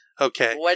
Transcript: Okay